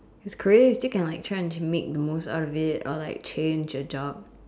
is career you can like change make the most out of it or like change your job